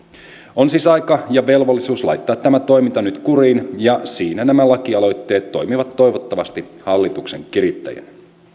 on siis aika ja velvollisuus laittaa tämä toiminta nyt kuriin ja siinä nämä lakialoitteet toimivat toivottavasti hallituksen kirittäjinä